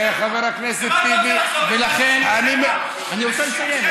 חבר הכנסת טיבי, אני רוצה לסיים.